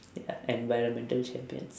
ya environmental champions